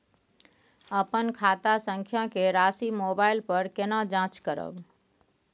अपन खाता संख्या के राशि मोबाइल पर केना जाँच करब?